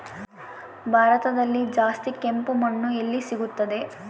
ಭಾರತದಲ್ಲಿ ಜಾಸ್ತಿ ಕೆಂಪು ಮಣ್ಣು ಎಲ್ಲಿ ಸಿಗುತ್ತದೆ?